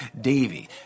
Davy